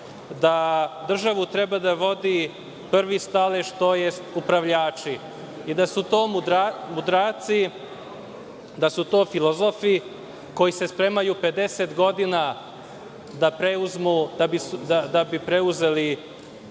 da državu treba da vodi prvi stalež, tj. upravljači i da su to mudraci, da su to filozofi koji se spremaju 50 godina da bi preuzeli